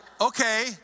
okay